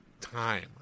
time